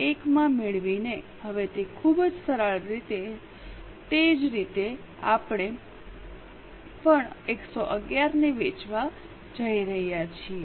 1 માં મેળવીને હવે તે ખૂબ જ સરળ રીતે તે જ રીતે છે અમે પણ 111 ને વેચવા જઈ રહ્યા છીએ